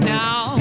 now